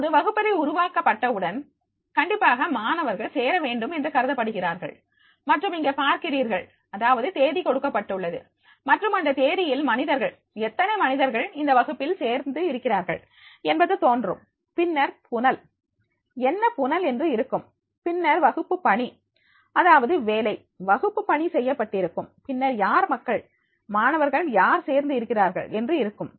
இப்போது வகுப்பறை உருவாக்கப்பட்ட உடன் கண்டிப்பாக மாணவர்கள் சேர வேண்டுமென்று கருதப்படுகிறார்கள் மற்றும் இங்கே பார்க்கிறீர்கள் அதாவது தேதி கொடுக்கப்பட்டுள்ளது மற்றும் அந்த தேதியில் மனிதர்கள் எத்தனை மனிதர்கள் அந்த வகுப்பில் சேர்ந்து இருக்கிறார்கள் என்பது தோன்றும் பின்னர் புனல் என்ன புனல் என்று இருக்கும் பின்னர் வகுப்பு பணி அதாவது வேலை வகுப்பு பணி செய்யப்பட்டிருக்கும் பின்னர் யார் மக்கள் மாணவர்கள் யார் சேர்ந்து இருக்கிறார்கள் என்று இருக்கும்